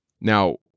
Now